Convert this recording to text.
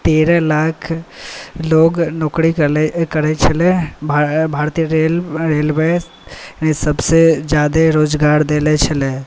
तेरह लाख लोक नौकरी करैत छलै भारतीय रेलवे सभसँ ज्यादा रोजगार देने छलै